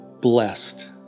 blessed